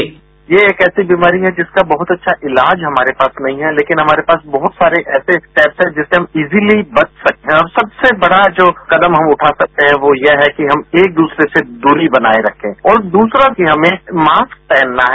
bite ये एक ऐसी बीमारी है जिसका बहुत अच्छा इलाज हमारे पास नहीं है लेकिन हमारे पास बहुत सारे ऐसे स्टैपस हैं जिससे हम इजिली बच सकते हैं और सबसे बड़ा जो कदम हम उठा सकते हैं वो यह है कि हम एक दूसरे से दूरी बनाए रखें और दूसरा कि हमें मास्क पहनना है